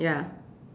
ya